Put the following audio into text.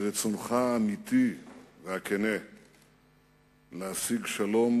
ברצונך האמיתי והכן להשיג שלום